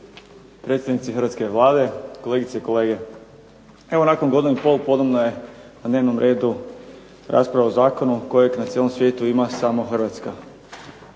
predstavnici hrvatske Vlade, kolegice i kolege. Evo nakon godinu i pol ponovno je na dnevnom redu rasprava o zakonu kojeg na cijelom svijetu ima samo Hrvatska.